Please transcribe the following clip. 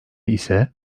ise